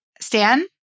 Stan